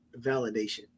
validation